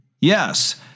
Yes